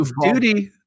duty